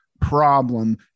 problem